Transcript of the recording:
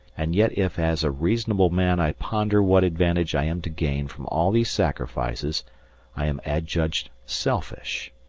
and yet if as a reasonable man i ponder what advantage i am to gain from all these sacrifices i am adjudged selfish.